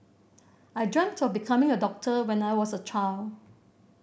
I dreamt of becoming a doctor when I was a child